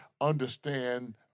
understand